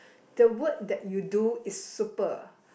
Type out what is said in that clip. the work that you do is super